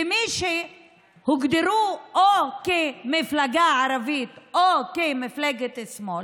ומי שהוגדרו או כמפלגה ערבית או כמפלגת שמאל